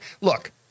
look